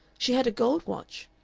she had a gold watch,